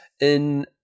in-